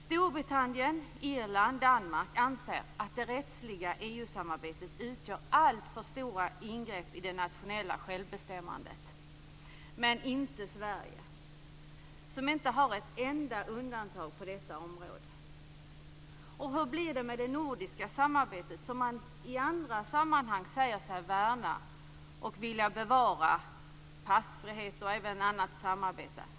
Storbritannien, Irland och Danmark anser att det rättsliga EU-samarbetet utgör alltför stora ingrepp i det nationella självbestämmandet, men det anser inte Sverige, som inte har ett enda undantag på detta område. Hur blir det med det nordiska samarbetet - passfrihet och annat samarbete - som man i andra sammanhang säger sig vilja värna och bevara?